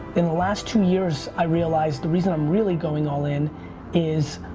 in the last two years i realized the reason i'm really going all in is